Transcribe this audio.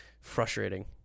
frustrating